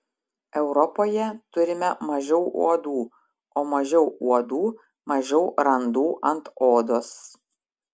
europoje turime mažiau uodų o mažiau uodų mažiau randų ant odos